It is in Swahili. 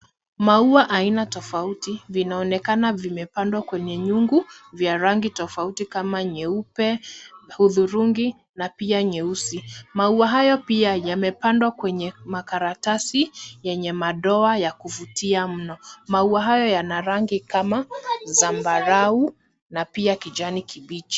Maua aina tofauti vinaonekana vimepandwa kwenye nyungu vya rangi tofauti kama nyeupe, hudhurungi na pia nyeusi. Maua haya pia yamepandwa kwenye makaratasi yenye madoa ya kuvutia mno. Maua haya yana rangi kama zambarau na pia kijani kibichi.